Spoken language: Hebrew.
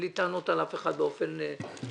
אין לי טענות לאף אחד באופן ספציפי.